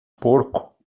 porco